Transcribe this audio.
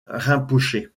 rinpoché